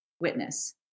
witness